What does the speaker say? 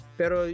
pero